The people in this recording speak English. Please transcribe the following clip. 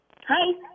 Hi